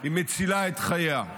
היא מצילה את חייה,